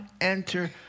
enter